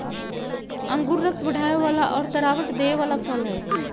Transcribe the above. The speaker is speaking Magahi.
अंगूर रक्त बढ़ावे वाला और तरावट देवे वाला फल हई